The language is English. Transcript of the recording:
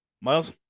Miles